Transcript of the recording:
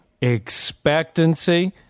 expectancy